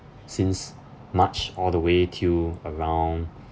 since march all the way till around